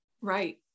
Right